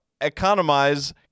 economize